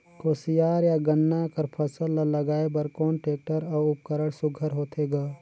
कोशियार या गन्ना कर फसल ल लगाय बर कोन टेक्टर अउ उपकरण सुघ्घर होथे ग?